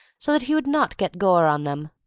so that he would not get gore on them.